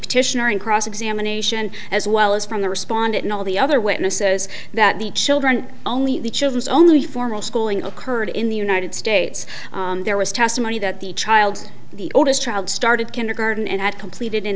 petitioner in cross examination as well as from the respondent in all the other witness says that the children only the children's only formal schooling occurred in the united states there was testimony that the child's the oldest child started kindergarten and had completed an